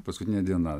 paskutinė diena